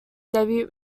debut